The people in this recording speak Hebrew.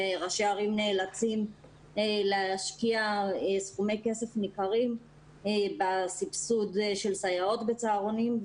שראשי ערים נאלצים להשקיע סכומי כסף ניכרים בסבסוד של סייעות בצהרונים.